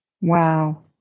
Wow